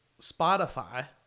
spotify